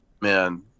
Man